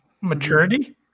maturity